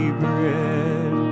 bread